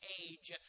age